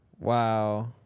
Wow